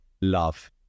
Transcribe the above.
Love